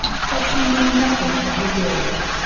said she knew nothing of the world.